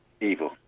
evil